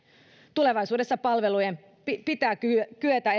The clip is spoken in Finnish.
tulevaisuudessa pitää kyetä